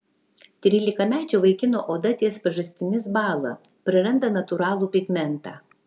trylikamečio vaikino oda ties pažastimis bąla praranda natūralų pigmentą